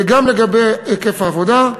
זה גם לגבי היקף העבודה,